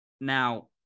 now